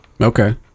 okay